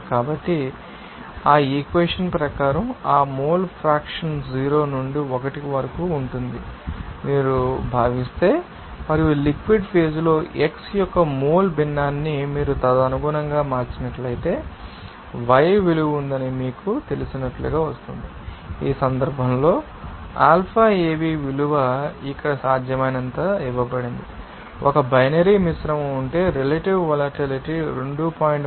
కాబట్టి ఆ ఈక్వెషన్ ప్రకారం ఆ మోల్ ఫ్రాక్షన్ 0 నుండి 1 వరకు ఉంటుందని మీరు భావిస్తే మరియు లిక్విడ్ ఫేజ్ లో x యొక్క మోల్ భిన్నాన్ని మీరు తదనుగుణంగా మార్చినట్లయితే y విలువ ఉందని మీకు తెలిసినట్లుగా వస్తుంది ఈ సందర్భంలో αav విలువ ఇక్కడ సాధ్యమైనంత ఇవ్వబడింది ఒక బైనరీ మిశ్రమం ఉంటే రెలెటివ్ వొలటిలిటీ 2